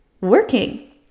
working